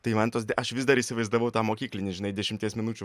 tai man tos de aš vis dar įsivaizdavau tą mokyklinį žinai dešimties minučių